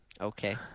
Okay